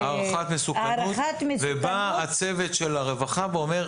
הערכת מסוכנות --- ובא הצוות של הרווחה ואומר,